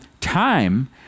time